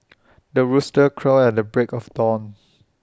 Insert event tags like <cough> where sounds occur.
<noise> the rooster crows at the break of dawn